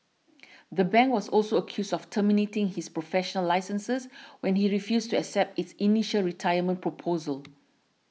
the bank was also accused of terminating his professional licenses when he refused to accept its initial retirement proposal